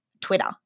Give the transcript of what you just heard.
Twitter